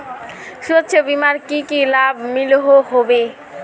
स्वास्थ्य बीमार की की लाभ मिलोहो होबे?